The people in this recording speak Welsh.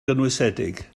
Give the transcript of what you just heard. gynwysiedig